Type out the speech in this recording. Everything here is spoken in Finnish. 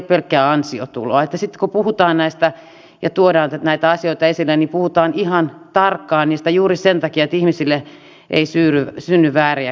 sitten kun puhutaan näistä ja tuodaan näitä asioita esille niin puhutaan ihan tarkkaan niistä juuri sen takia että ihmisille ei synny vääriä käsityksiä